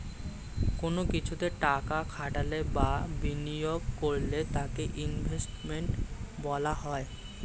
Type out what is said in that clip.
কোন কিছুতে টাকা খাটালে বা বিনিয়োগ করলে তাকে ইনভেস্টমেন্ট বলা হয়